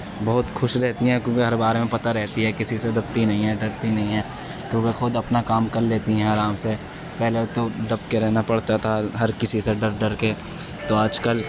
بہت خوش رہتی ہیں کیونکہ ہر بارے میں پتہ رہتی ہے کسی سے دبتی نہیں ہیں ڈرتی نہیں ہیں کیونکہ خود اپنا کام کر لیتی ہیں آرام سے پہلے تو دب کے رہنا پڑتا تھا اور ہر کسی سے ڈر ڈر کے تو آج کل